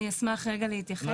אני אשמח רגע להתייחס.